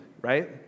right